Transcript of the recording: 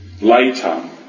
later